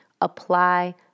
Apply